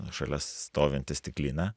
šalia stovinti stiklinė